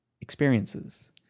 experiences